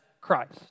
Christ